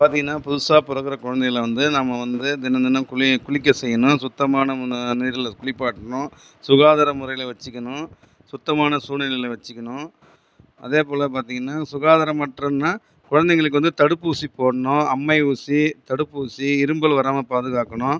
பார்த்தீங்கன்னா புதுசாக பிறக்குற குழந்தைங்களை வந்து நம்ம வந்து தினம் தினம் குளி குளிக்க செய்யனும் சுத்தமான நீரில் குளிப்பாட்ணும் சுகாதார முறையில் வச்சுக்கணும் சுத்தமான சூழ்நிலையில் வச்சுக்கணும் அதே போல் பார்த்தீங்கன்னா சுகாதாரமற்றனா குழந்தைங்களுக்கு வந்து தடுப்புசி போடணும் அம்மை ஊசி தடுப்புசி இருமல் வராமல் பாதுகாக்கணும்